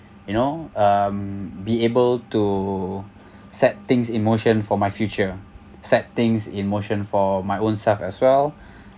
you know um be able to set things in motion for my future set things in motion for my own self as well